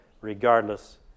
regardless